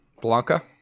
blanca